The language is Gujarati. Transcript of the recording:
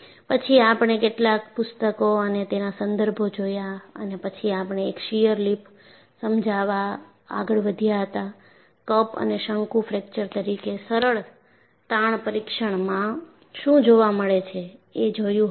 પછી આપણે કેટલાક પુસ્તકો અને તેના સંદર્ભો જોયા અને પછી આપણે એક શીયર લિપ સમજવા આગળ વધ્યા હતા કપ અને શંકુ ફ્રેક્ચર તરીકે સરળ તાણ પરીક્ષણમાં શું જોવા મળે છે એ જોયું હતું